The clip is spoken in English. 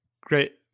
great